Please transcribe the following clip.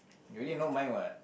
you already know mine what